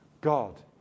God